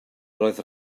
roedd